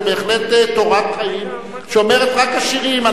זה בהחלט תורת חיים שאומרת: רק עשירים,